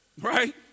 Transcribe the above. Right